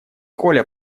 коля